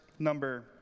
Number